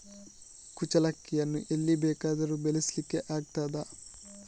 ಕುಚ್ಚಲಕ್ಕಿಯನ್ನು ಎಲ್ಲಿ ಬೇಕಾದರೂ ಬೆಳೆಸ್ಲಿಕ್ಕೆ ಆಗ್ತದ?